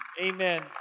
Amen